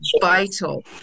vital